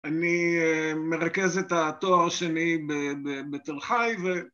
אני מרכז את התואר השני בתל חי